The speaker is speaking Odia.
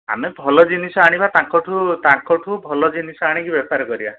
ଆମେ ଭଲ ଜିନିଷ ଆଣିବା ତାଙ୍କଠୁ ତାଙ୍କଠୁ ଭଲ ଜିନିଷ ଆଣିକି ବେପାର କରିବା